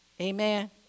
Amen